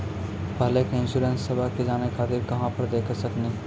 पहले के इंश्योरेंसबा के जाने खातिर कहां पर देख सकनी?